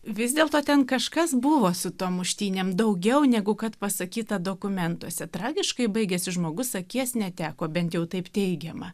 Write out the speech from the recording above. vis dėlto ten kažkas buvo su tom muštynėm daugiau negu kad pasakyta dokumentuose tragiškai baigėsi žmogus akies neteko bent jau taip teigiama